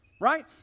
Right